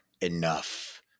enough